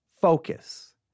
focus